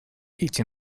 эти